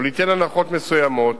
או ליתן הנחות מסוימות,